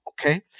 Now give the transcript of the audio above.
okay